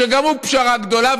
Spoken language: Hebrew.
שגם הוא פשרה גדולה,